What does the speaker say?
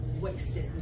wasted